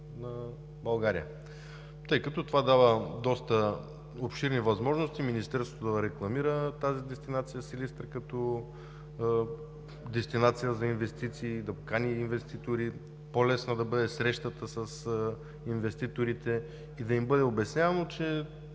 на България, тъй като това дава доста обширни възможности Министерството да рекламира тази дестинация – Силистра, като дестинация за инвестиции, да покани инвеститори, по-лесна да бъде срещата с инвеститорите и да им бъде обяснено, че